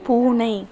பூனை